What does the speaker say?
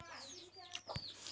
बिना बैंकेर लोन लुबार की नियम छे?